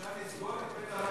אפשר לסגור את בית-המלון.